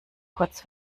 kurz